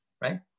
Right